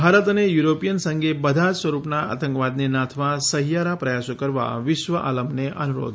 ભારત અને યુરોપીયન સંધે બધા જ સ્વરૂપનાં આતંકવાદને નાથવા સહીયારા પ્રયાસો કરવા વિશ્વ આલમનેં અનુરોધ કર્યો છે